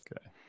Okay